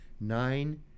nine